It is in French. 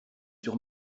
sur